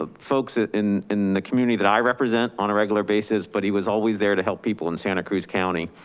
ah folks in in the community that i represent on a regular basis, but he was always there to help people in santa cruz county.